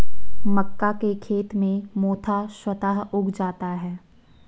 मक्का के खेत में मोथा स्वतः उग जाता है